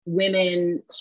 Women